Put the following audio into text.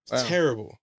Terrible